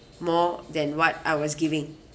more than what I was giving